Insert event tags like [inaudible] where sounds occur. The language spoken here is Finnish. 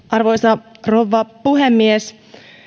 [unintelligible] arvoisa rouva puhemies